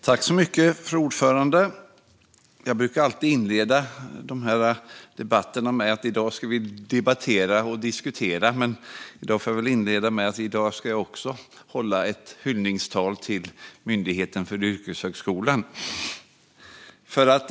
Fru talman! Jag brukar alltid inleda dessa debatter med att säga "i dag ska vi debattera och diskutera", men i dag får jag väl i stället inleda med att säga att jag också ska hålla ett hyllningstal till Myndigheten för yrkeshögskolan.